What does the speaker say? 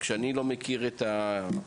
כשאני לא מכיר את הזירה,